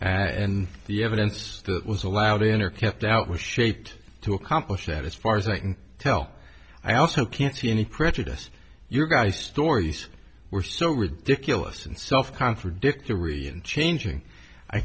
and the evidence that was allowed in or kept out was shaped to accomplish that as far as i can tell i also can't see any prejudice your guy stories were so ridiculous and self contradictory and changing i